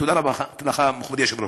תודה רבה לך, מכובדי היושב-ראש.